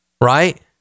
right